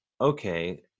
okay